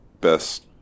best